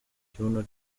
ikibuno